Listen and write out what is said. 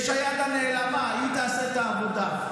יש היד הנעלמה, היא תעשה את העבודה.